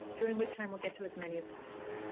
during which time we'll get to as many as possible.